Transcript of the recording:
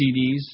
CDs